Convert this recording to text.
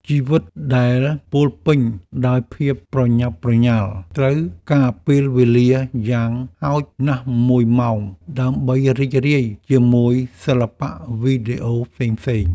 ជីវិតដែលពោរពេញដោយភាពប្រញាប់ប្រញាល់ត្រូវការពេលវេលាយ៉ាងហោចណាស់មួយម៉ោងដើម្បីរីករាយជាមួយសិល្បៈវីដេអូផ្សេងៗ។